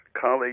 colleague